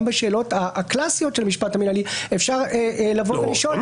בשאלות הקלסיות של המשפט המינהלי אפשר לבוא ולשאול,